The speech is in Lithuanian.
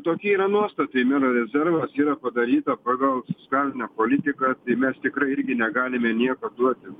tokia yra nuostata mero rezervas yra padaryta pagal fiskalinę politiką tai mes tikrai irgi negalime nieko duoti